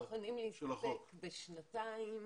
אנחנו מוכנים להסתפק בשנתיים.